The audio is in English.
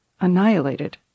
annihilated